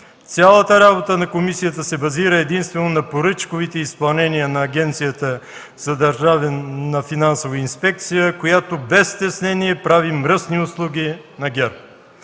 Цялата работа на комисията се базира единствено на поръчковите изпълнения на Агенцията за държавна финансова инспекция, която без стеснение прави мръсни услуги на ГЕРБ.